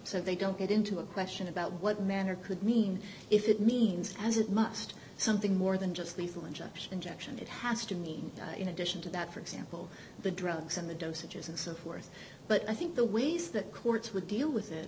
so they don't get into a question about what manner could mean if it means as it must something more than just lethal injection injection it has to mean in addition to that for example the drugs and the dosages and so forth but i think the ways that courts would deal with it